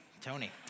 Tony